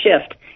shift